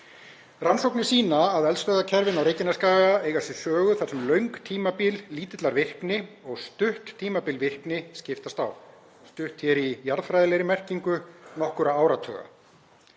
Rannsóknir sýna að eldstöðvakerfin á Reykjanesskaga eiga sér sögu þar sem löng tímabil lítillar virkni og stutt tímabil virkni skiptast á, stutt er hér í jarðfræðilegri merkingu; nokkurra áratuga.